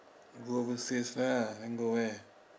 go overseas lah then go where